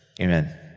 amen